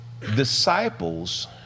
Disciples